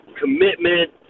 commitment